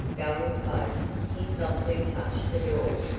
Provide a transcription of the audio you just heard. going close, he softly touched the door,